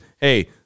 hey